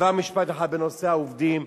משפט אחד בנושא העובדים.